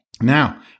Now